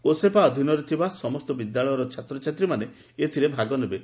ଓସେପା ଅଧୀନରେ ଥିବା ବିଦ୍ୟାଳୟର ଛାତ୍ରଛାତ୍ରୀମାନେ ଏଥିରେ ଭାଗ ନେବେ